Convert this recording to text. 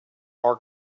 our